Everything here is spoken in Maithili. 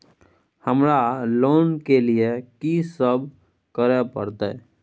हमरा लोन के लिए की सब करे परतै?